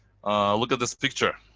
look at this picture,